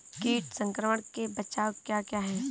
कीट संक्रमण के बचाव क्या क्या हैं?